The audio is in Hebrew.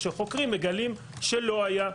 וכשחוקרים מגלים שלא היה.